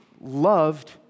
loved